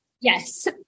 Yes